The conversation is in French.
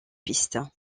piste